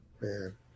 Man